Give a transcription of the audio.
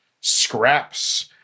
scraps